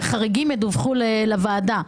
וחריגים ידווחו לוועדה.